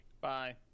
bye